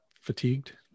fatigued